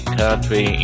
country